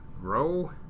grow